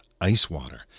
Icewater